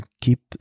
keep